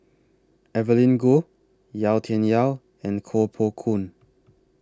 Evelyn Goh Yau Tian Yau and Koh Poh Koon